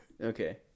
okay